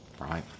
Right